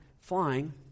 flying